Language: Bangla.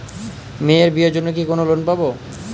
মেয়ের বিয়ের জন্য কি কোন লোন পাব?